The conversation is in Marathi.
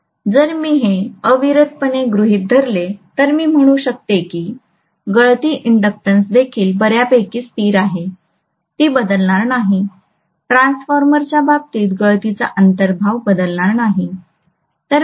जर मी हे अविरतपणे गृहित धरले तर मी म्हणू शकतो की गळती इंडॅकटन्स देखील बर्यापैकी स्थिर आहे ती बदलणार नाही ट्रान्सफॉर्मरच्या बाबतीत गळतीचा अंतर्भाव बदलणार नाही